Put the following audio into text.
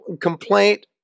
complaint